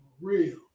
real